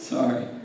Sorry